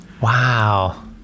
Wow